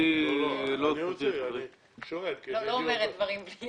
אני לא אומרת דברים בלי